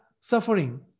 suffering